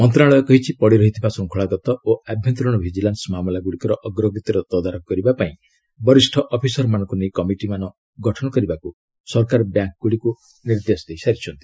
ମନ୍ତ୍ରଣାଳୟ ପୁଣି କହିଛି ପଡ଼ିରହିଥିବା ଶୂଙ୍ଖଳାଗତ ଓ ଆଭ୍ୟନ୍ତରୀଣ ଭିଜିଲାନ୍ସ ମାମଲାଗୁଡ଼ିକର ଅଗ୍ରଗତିର ତଦାରଖ କରିବା ପାଇଁ ବରିଷ୍ଣ ଅଫିସରମାନଙ୍କୁ ନେଇ କମିଟିମାନ ଗଠନ କରିବାକୁ ସରକାର ବ୍ୟାଙ୍କ୍ଗୁଡ଼ିକୁ ନିର୍ଦ୍ଦେଶ ଦେଇସାରିଛନ୍ତି